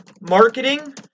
marketing